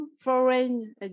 foreign